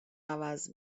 عوض